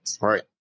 Right